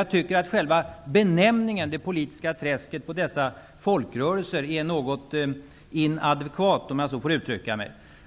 Jag tycker att benämningen ''det politiska träsket'' på dessa folkrörelser är något inadekvat.